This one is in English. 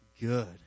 good